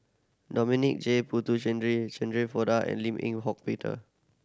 Dominic J Shirin Fozdar and Lim Eng Hock Peter